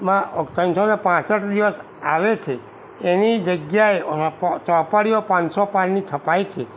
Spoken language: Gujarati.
માં ત્રણસો ને પાંસઠ દિવસ આવે છે એની જગ્યાએ ચોપડીઓ પાંચસો પાનાની છપાય છે